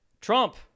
Trump